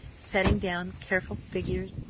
setting down careful figures,